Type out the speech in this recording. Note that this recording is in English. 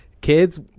kids